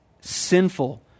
sinful